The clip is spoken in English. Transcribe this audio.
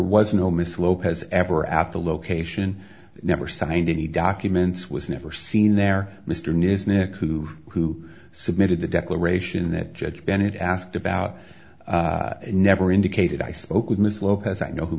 was no mrs lopez ever at the location never signed any documents was never seen there mr news nic who who submitted the declaration that judge bennett asked about never indicated i spoke with mr lopez i know who